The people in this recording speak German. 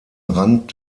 rand